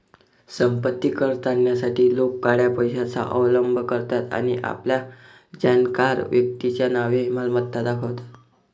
संपत्ती कर टाळण्यासाठी लोक काळ्या पैशाचा अवलंब करतात आणि आपल्या जाणकार व्यक्तीच्या नावे मालमत्ता दाखवतात